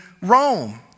Rome